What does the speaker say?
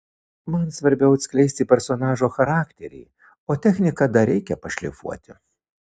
man svarbiau atskleisti personažo charakterį o techniką dar reikia pašlifuoti